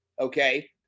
okay